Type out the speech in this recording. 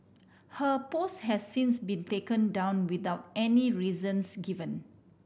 her post has since been taken down without any reasons given